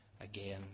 again